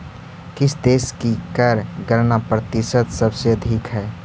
किस देश की कर गणना प्रतिशत सबसे अधिक हई